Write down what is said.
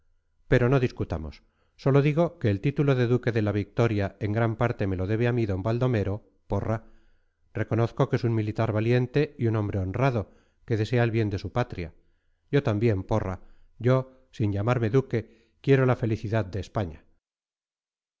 pero pero no discutamos sólo digo que el título de duque de la victoria en gran parte me lo debe a mí d baldomero porra reconozco que es un militar valiente y un hombre honrado que desea el bien de su patria yo también porra yo sin llamarme duque quiero la felicidad de españa